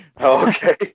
okay